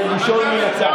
לשאול מהצד.